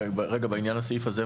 לעניין הסעיף הזה.